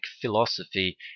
philosophy